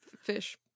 Fish